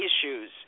issues